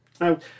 Now